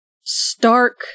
stark